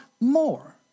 more